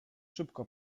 szybko